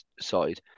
side